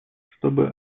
чтобы